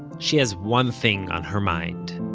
she has one thing on her mind